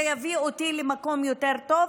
זה יביא אותי למקום יותר טוב,